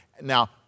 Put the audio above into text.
Now